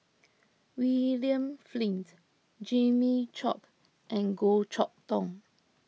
William Flint Jimmy Chok and Goh Chok Tong